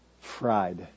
Fried